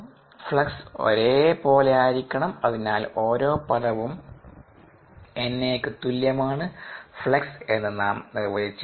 flux ഒരേ പോലെ ആയിരിക്കണം അതിനാൽ ഓരോ പദവും NA യ്ക്ക് തുല്യമാണ് ഫ്ലക്സ് എന്ന് നാം നിർവചിച്ചിരിക്കുന്നു